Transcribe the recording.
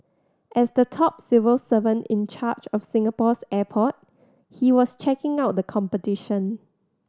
as the top civil servant in charge of Singapore's airport he was checking out the competition